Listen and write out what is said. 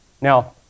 now